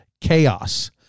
Chaos